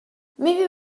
maybe